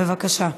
בבקשה.